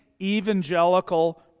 evangelical